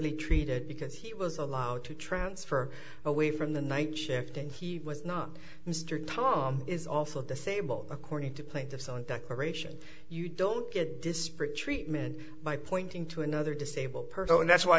lee treated because he was allowed to transfer away from the night shift and he was not mr tom is also disabled according to plaintiff's own declaration you don't get disparate treatment by pointing to another disabled person and that's why